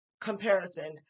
comparison